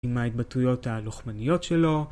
עם ההתבטאויות הלוחמניות שלו